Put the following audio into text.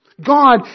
God